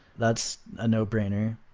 that's a no-brainer,